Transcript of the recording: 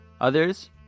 Others